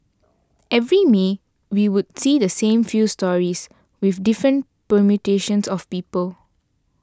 every May we would see the same few stories with different permutations of people